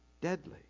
deadly